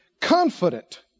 Confident